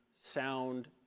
sound